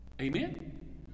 amen